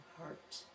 heart